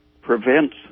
prevents